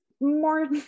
More